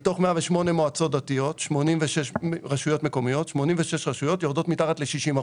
מתוך 108 רשויות מקומיות 86 רשויות יורדות מתחת ל-60%,